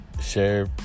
share